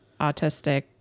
autistic